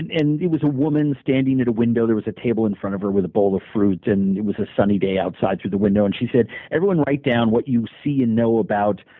and and it was a woman standing at a window. there was a table in front of her with a bowl of fruit. and it was a sunny day outside through the window. and she said, everyone write down what you see and know about